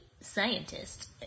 scientist